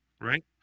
Right